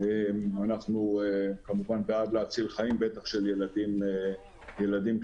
אנחנו בעד הצלת חיים, בטח של ילדים קטנים.